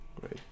Great